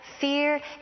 fear